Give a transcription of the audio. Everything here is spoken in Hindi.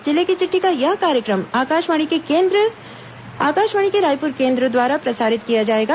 जिले की चिट्ठी का यह कार्यक्रम आकाशवाणी के रायपुर केंद्र द्वारा प्रसारित किया जाएगा